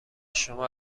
شما